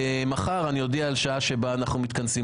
מחר אני אודיע על השעה שבה אנחנו מתכנסים